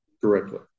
correctly